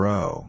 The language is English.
Row